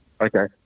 Okay